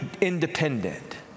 independent